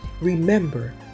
Remember